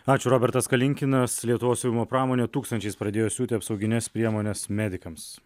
ačiū robertas kalinkinas lietuvos siuvimo pramonė tūkstančiais pradėjo siūti apsaugines priemones medikams